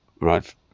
right